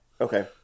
Okay